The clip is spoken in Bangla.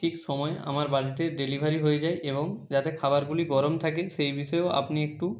ঠিক সময়ে আমার বাড়িতে ডেলিভারি হয়ে যায় এবং যাতে খাবারগুলি গরম থাকে সেই বিষয়ও আপনি একটু